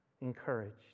Encouraged